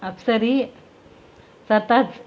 அப்சரி சத்தாஜ்